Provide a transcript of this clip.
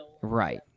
Right